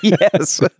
Yes